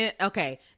Okay